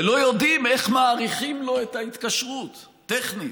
ולא יודעים איך מאריכים לו את ההתקשרות, טכנית.